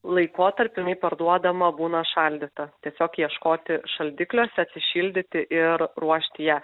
laikotarpiu jinai parduodama būna šaldyta tiesiog ieškoti šaldikliuose atsišildyti ir ruošti ją